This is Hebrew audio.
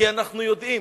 כי אנחנו יודעים,